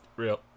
Real